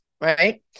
Right